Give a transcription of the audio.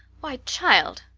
why, child,